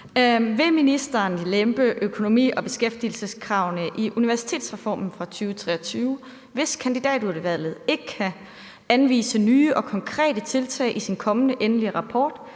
Vil ministeren lempe økonomi- og beskæftigelseskravene i universitetsreformen fra 2023, hvis kandidatudvalget ikke kan anvise nye og konkrete tiltag i sin kommende endelige rapport,